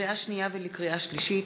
לקריאה שנייה ולקריאה שלישית: